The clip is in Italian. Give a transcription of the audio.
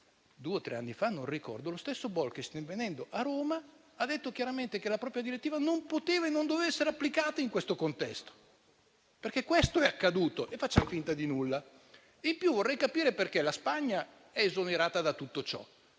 due o tre anni fa lo stesso Bolkestein, venendo a Roma, ha detto chiaramente che la propria direttiva non poteva e non doveva essere applicata in questo contesto. È accaduto proprio questo e facciamo finta di nulla. Vorrei inoltre capire perché la Spagna è esonerata da tutto ciò,